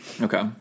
Okay